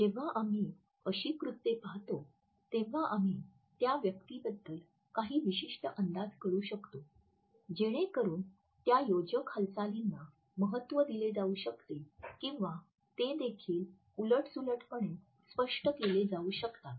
जेव्हा आम्ही अशी कृत्ये पाहतो तेव्हा आम्ही त्या व्यक्तीबद्दल काही विशिष्ट अंदाज करू शकतो जेणेकरून त्या योजक हालचालीना महत्त्व दिले जाऊ शकते किंवा ते देखील उलटसुलटपणे स्पष्ट केले जाऊ शकतात